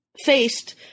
faced